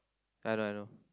I know I know